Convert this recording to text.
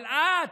אבל את,